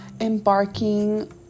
embarking